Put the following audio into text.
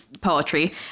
poetry